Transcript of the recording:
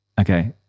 Okay